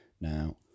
Now